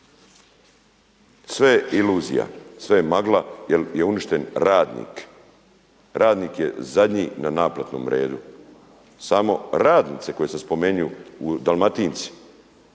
sve je iluzija, sve je magla jel je uništen radnik. Radnik je zadnji na naplatnom redu. Samo radnici koje sam spomenuo u Dalmatinci